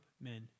men